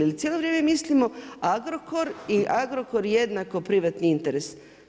Jer cijelo vrijeme mislimo Agrokor i Agrokor jednako privatni interes.